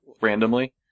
randomly